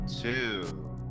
two